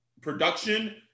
production